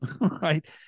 right